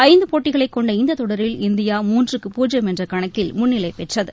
ஐந்து போட்டிகளைக் கொண்ட இந்த தொடரில் இந்தியா மூன்றுக்கு பூஜ்யம் என்ற கணக்கில் முன்னிலை பெற்றது